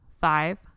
five